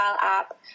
app